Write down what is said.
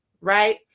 Right